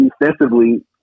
defensively